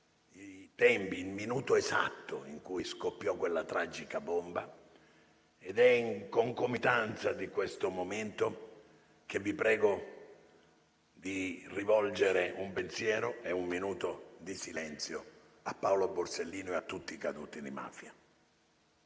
i tempi, il minuto esatto in cui scoppiò quella tragica bomba, ed è in concomitanza di questo momento che vi prego di rivolgere un pensiero e osservare un minuto di silenzio per Paolo Borsellino e per tutti i caduti di mafia.